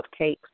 cupcakes